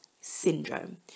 syndrome